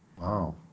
Wow